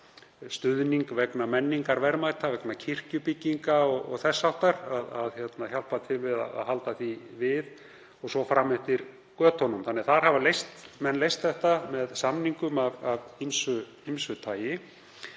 stuðning vegna menningarverðmæta, vegna kirkjubygginga og þess háttar, að hjálpa til við að halda því við og þar fram eftir götunum. Þar hafa menn leyst þetta með samningum af ýmsu tagi